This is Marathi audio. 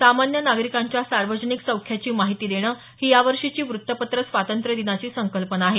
सामान्य नागरिकांच्या सार्वजनिक सौख्याची माहिती देणं ही यावर्षीची व्रत्तपत्र स्वातंत्र्य दिनाची संकल्पना आहे